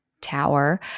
Tower